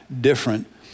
different